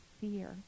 fear